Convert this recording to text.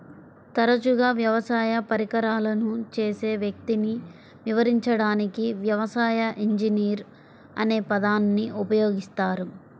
తరచుగా వ్యవసాయ పరికరాలను చేసే వ్యక్తిని వివరించడానికి వ్యవసాయ ఇంజనీర్ అనే పదాన్ని ఉపయోగిస్తారు